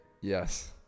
Yes